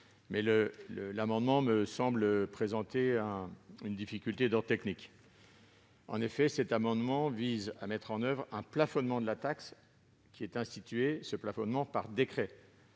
l'amendement me semble présenter une difficulté d'ordre technique. En effet, cet amendement vise à mettre en oeuvre un plafonnement de la taxe par décret,